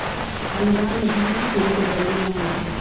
अनुदान में धन के फिरे के जरूरी न होइ छइ